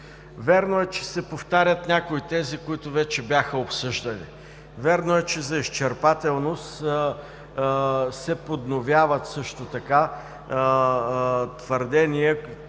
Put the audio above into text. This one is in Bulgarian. Вярно е, че се повтарят някои тези, които вече бяха обсъждани. Вярно е, че за изчерпателност се подновяват твърдения,